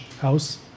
house